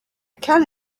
can